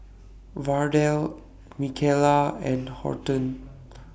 Verdell Michaela and Horton